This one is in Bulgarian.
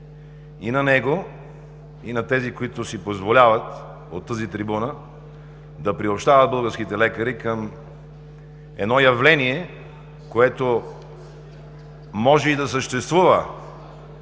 и на него, и на тези, които си позволяват от тази трибуна да приобщават българските лекари към едно явление, което може и да съществува,